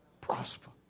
prosper